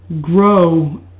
grow